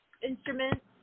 instruments